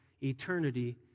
eternity